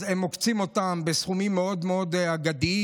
עוקצים אותם בסכומים מאוד מאוד אגדיים.